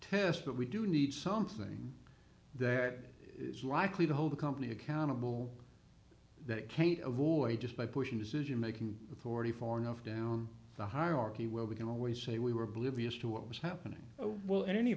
tests but we do need something that is likely to hold the company accountable that can't avoid just by pushing decision making authority far enough down the hierarchy where we can always say we were oblivious to what was happening oh well in any